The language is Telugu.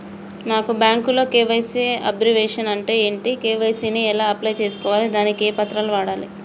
నాకు బ్యాంకులో కే.వై.సీ అబ్రివేషన్ అంటే ఏంటి కే.వై.సీ ని ఎలా అప్లై చేసుకోవాలి దానికి ఏ పత్రాలు కావాలి?